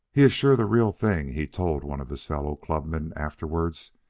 he's sure the real thing, he told one of his fellow-clubmen afterwards,